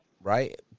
right